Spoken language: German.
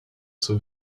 zur